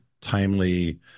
timely